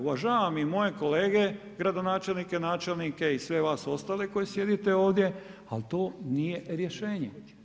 Uvažavam i moje kolege gradonačelnike, načelnike i sve vas ostale koji sjedite ovdje, ali to nije rješenje.